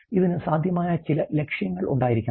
ഇതിന് സാധ്യമായ ചില ലക്ഷ്യങ്ങൾ ഉണ്ടായിരിക്കണം